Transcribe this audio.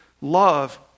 love